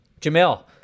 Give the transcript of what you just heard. Jamil